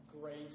grace